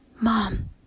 mom